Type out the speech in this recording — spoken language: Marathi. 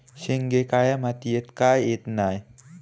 शेंगे काळ्या मातीयेत का येत नाय?